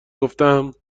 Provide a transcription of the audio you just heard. گفتم